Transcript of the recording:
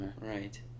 Right